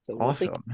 Awesome